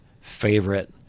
favorite